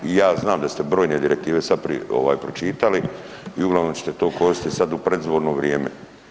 I ja znam da ste brojne direktive sada pročitali i uglavnom ćete to koristiti sada u predizborno vrijeme.